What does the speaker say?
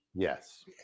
yes